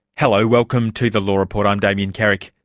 hello, welcome to the law report i'm damien carrick.